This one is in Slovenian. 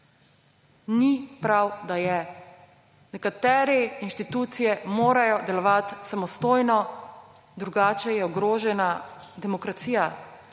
Ni prav, da je. Nekatere inštitucije morajo delovati samostojno, drugače je ogrožena demokracija.